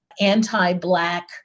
anti-Black